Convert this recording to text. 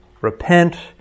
Repent